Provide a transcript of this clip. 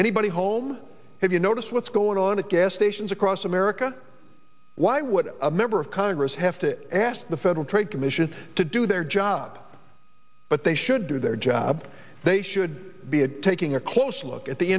anybody home have you noticed what's going on at gas stations across america why would a member of congress have to ask the federal trade commission to do their job but they should do their job they should be taking a close look at the